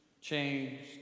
changed